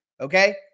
Okay